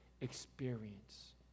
experience